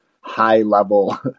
high-level